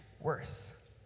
worse